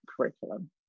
curriculum